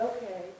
Okay